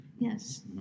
Yes